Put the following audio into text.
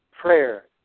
Prayer